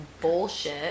bullshit